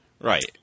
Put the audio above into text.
Right